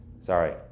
sorry